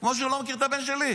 כמו שהוא לא מכיר את הבן שלי.